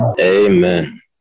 Amen